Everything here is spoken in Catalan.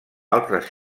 altres